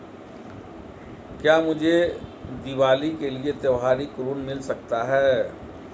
क्या मुझे दीवाली के लिए त्यौहारी ऋण मिल सकता है?